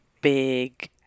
big